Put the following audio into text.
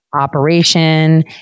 operation